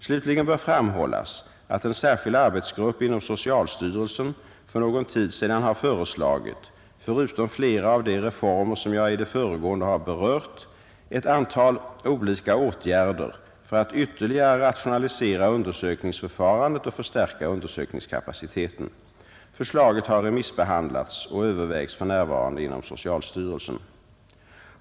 Slutligen bör framhållas att en särskild arbetsgrupp inom socialstyrelsen för någon tid sedan har föreslagit — förutom flera av de reformer som jag i det föregående har berört — ett antal olika åtgärder för att ytterligare rationalisera undersökningsförfarandet och förstärka undersökningskapaciteten. Förslaget har remissbehandlats och övervägs för närvarande inom socialstyrelsen.